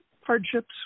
hardships